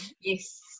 yes